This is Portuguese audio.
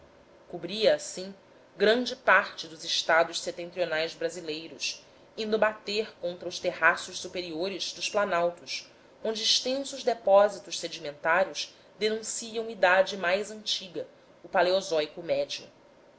cobria assim grande parte dos estados setentrionais brasileiros indo bater contra os terraços superiores dos planaltos onde extensos depósitos sedimentários denunciam idade mais antiga o paleozóico médio